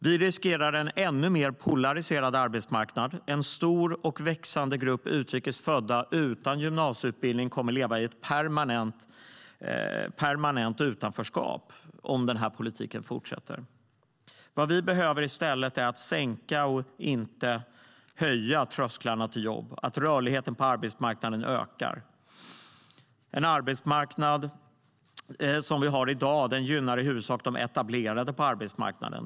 Vi riskerar en ännu mer polariserad arbetsmarknad. En stor och växande grupp utrikes födda utan gymnasieutbildning kommer att leva i permanent utanförskap om den här politiken fortsätter. Vad vi behöver göra är i stället att sänka, inte höja, trösklarna till jobb. Rörligheten på arbetsmarknaden måste öka. Den arbetsmarknad som vi har i dag gynnar i huvudsak dem som är etablerade på arbetsmarknaden.